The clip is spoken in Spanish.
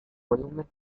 volumen